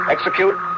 Execute